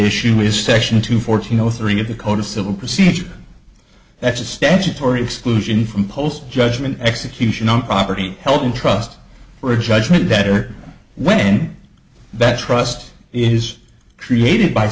issue is section two fourteen zero three of the code of civil procedure that's a statutory exclusion from post judgment execution on property held in trust for judgment better when that trust is created by